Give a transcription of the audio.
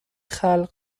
خلق